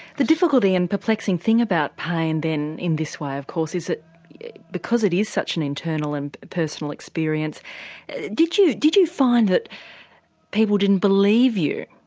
the difficulty and perplexing thing about pain then in this way of course is that because it is such an internal and personal experience did you did you find that people didn't believe you,